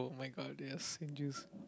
oh-my-god they have same juice